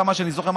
עד כמה שאני זוכר,